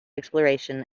exploration